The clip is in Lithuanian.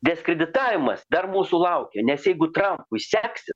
diskreditavimas dar mūsų laukia nes jeigu trampui seksis